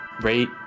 rate